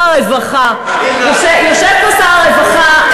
יושב פה שר הרווחה,